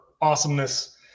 awesomeness